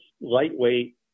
lightweight